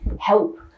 help